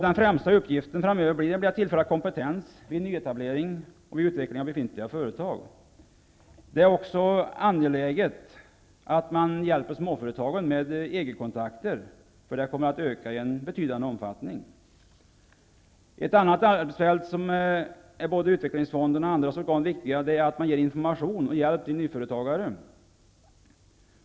Den främsta uppgiften framöver blir att tillföra kompetens vid nyetablering och vid utveckling av befintliga företag. Det är också angeläget att man hjälper småföretagen med EG-kontakter, eftersom behovet av sådana kontakter kommer att öka i betydande omfattning. En annan viktig uppgift för både utvecklingsfonderna och andra organ är att ge information och hjälp till nyföretagare.